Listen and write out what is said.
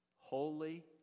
holy